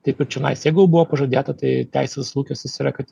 taip ir čionais jeigu buvo pažadėta tai teisės lūkestis yra kad